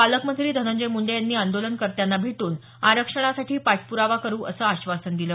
पालकमंत्री धनंजय मुंडे यांनी आंदोलनकत्यांना भेटून आरक्षणासाठी पाठपुरावा करू अस आश्वासन दिल